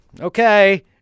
okay